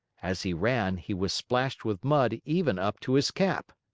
as he ran, he was splashed with mud even up to his cap.